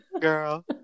girl